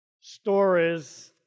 stories